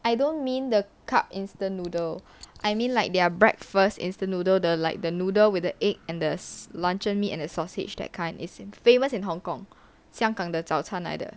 I don't mean the cup instant noodle I mean like their breakfast instant noodle the like the noodle with the egg and there's luncheon meat and a sausage that kind is famous in hong-kong 香港的早餐来的